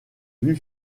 vue